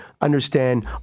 understand